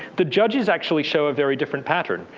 the judges actually show a very different pattern.